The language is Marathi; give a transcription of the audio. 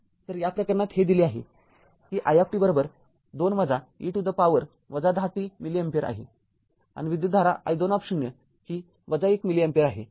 तरया प्रकरणात हे दिले आहे कि i २ e to the power १०t मिली अँपिअर आहे आणि विद्युतधारा i२० ही १ मिली अँपिअर आहे